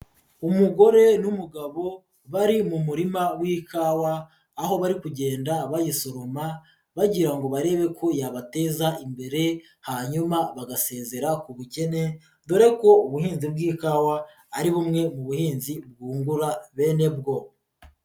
Umugore n'umugabo bari mu murima w'ikawa aho bari kugenda bayisoroma bagira ngo barebe ko yabateza imbere, hanyuma bagasezera ku bukene dore ko ubuhinzi bw'ikawa ari bumwe mu buhinzi bwungura bene bwo.